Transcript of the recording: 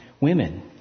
Women